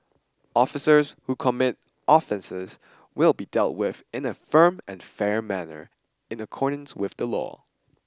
officers who commit offences will be dealt with in a firm and fair manner in accordance with the law